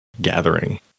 gathering